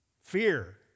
Fear